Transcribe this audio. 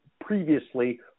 previously